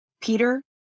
Peter